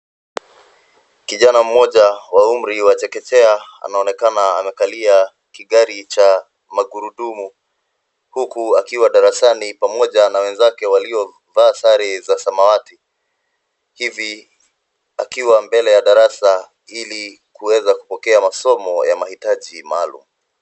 Kijana mmoja wa umri wa chekechea anaonekana amekalia kigari cha magurudumu, huku akiwa darasani pamoja na wenzake waliovaa sare za samawati. Hivi akiwa mbele ya darasa ili kuweza kupokea masomo ya maitaji maalum.